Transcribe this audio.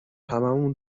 هممون